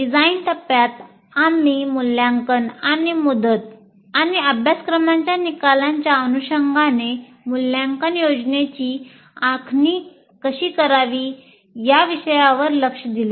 design टप्प्यात आम्ही मूल्यांकन आणि मुदत आणि अभ्यासक्रमाच्या निकालांच्या अनुषंगाने मूल्यांकन योजनेची आखणी कशी करावी या विषयावर लक्ष दिले